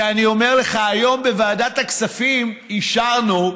ואני אומר לך, היום בוועדת הכספים אישרנו,